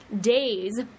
days